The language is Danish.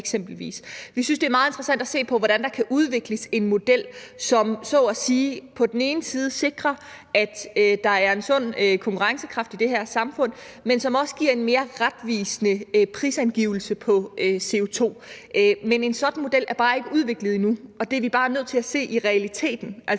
Vi synes, det er meget interessant at se på, hvordan der kan udvikles en model, som så at sige på den ene side sikrer, at der er sund konkurrencekraft i det her samfund, men på den anden side også giver en mere retvisende prisangivelse på CO₂. Men en sådan model er bare ikke udviklet endnu, og det er vi bare nødt til at se som en realitet.